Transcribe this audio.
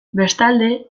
bestalde